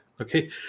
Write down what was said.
okay